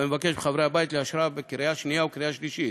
ואני מבקש מחברי הבית לאשרה בקריאה שנייה וקריאה שלישית.